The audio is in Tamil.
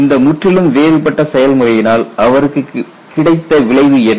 இந்த முற்றிலும் வேறுபட்ட செயல் முறையினால் அவருக்கு கிடைத்த விளைவு என்ன